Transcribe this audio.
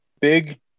big